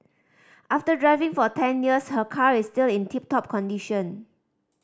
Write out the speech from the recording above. after driving for ten years her car is still in tip top condition